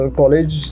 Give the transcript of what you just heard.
college